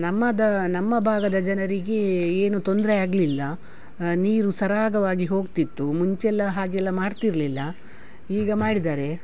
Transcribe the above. ನಮ್ಮ ದ ನಮ್ಮ ಭಾಗದ ಜನರಿಗೆ ಏನು ತೊಂದರೆ ಆಗಲಿಲ್ಲ ನೀರು ಸರಾಗವಾಗಿ ಹೋಗ್ತಿತ್ತು ಮುಂಚೆಲ್ಲ ಹಾಗೆಲ್ಲ ಮಾಡ್ತಿರಲಿಲ್ಲ ಈಗ ಮಾಡಿದ್ದಾರೆ